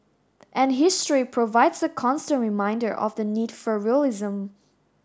and history provides a constant reminder of the need for realism